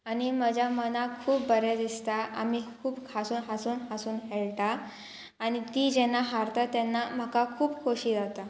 आनी म्हज्या मनाक खूब बरें दिसता आमी खूब हांसून हांसून हांसून खेळटा आनी तीं जेन्ना हारता तेन्ना म्हाका खूब खोशी जाता